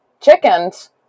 Chickens